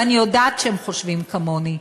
ואני יודעת שהם חושבים כמוני,